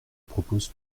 propose